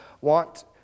want